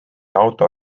auto